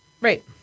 Right